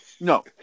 No